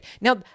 Now